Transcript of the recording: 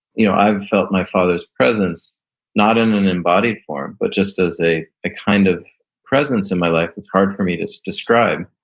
you know i've felt my father's presence not in an embodied form, but just as a kind of presence in my life. it's hard for me to describe,